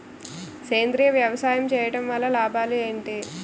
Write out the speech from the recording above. సేంద్రీయ వ్యవసాయం చేయటం వల్ల లాభాలు ఏంటి?